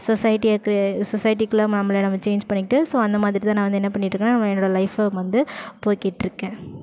சொசைட்டியை கி சொசைட்டிக்குள்ளே நம்மளை நம்ம சேஞ்ச் பண்ணிக்கிட்டு ஸோ அந்தமாதிரி தான் நான் வந்து என்ன பண்ணிகிட்ருக்கேனா வ என்னோடய லைஃப்பை வந்து போய்கிட்டிருக்கேன்